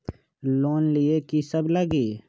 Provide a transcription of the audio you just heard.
Loan लिए की सब लगी?